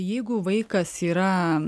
jeigu vaikas yra